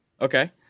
okay